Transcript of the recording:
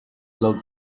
log